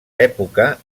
època